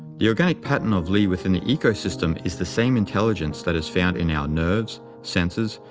the organic pattern of li within the ecosystem is the same intelligence that is found in our nerves, senses,